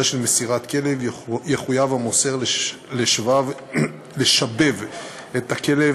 של מסירת כלב יחויב המוסר לשבֵב את הכלב